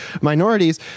minorities